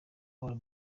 all